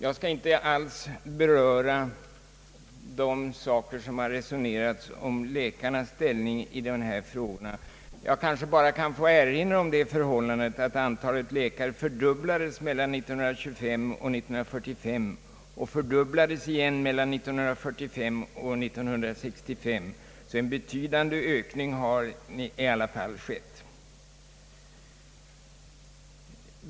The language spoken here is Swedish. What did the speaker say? Jag skall inte här ta upp läkarnas ställning när det gäller dessa frågor. Jag kanske bara kan få erinra om det förhållandet att antalet läkare har fördubblats mellan åren 1925 och 1945, och detsamma är förhållandet mellan åren 1945 och 1965. En betydande ökning har sålunda i alla fall skett.